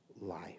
life